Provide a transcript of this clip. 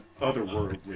otherworldly